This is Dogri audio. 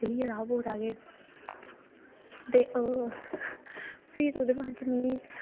ते फेवरेट रेसिपी ऐल्ले तगर कोई बी निं ऐ फिलहाल